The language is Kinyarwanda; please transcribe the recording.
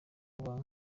kuba